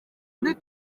muri